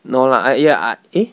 no lah I ya I eh